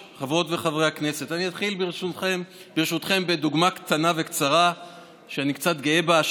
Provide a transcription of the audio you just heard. אני אתחיל ברשותכם בדוגמה קטנה וקצרה שאני קצת גאה בה.